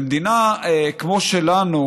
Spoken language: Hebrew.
במדינה כמו שלנו,